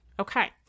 Okay